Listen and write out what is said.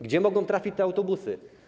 Gdzie mogą trafić te autobusy?